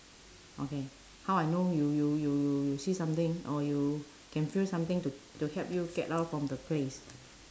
okay how I know you you you you you see something or you can feel something to to help you get out from the place